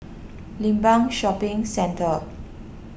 Limbang Shopping Centre